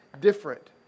different